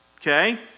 okay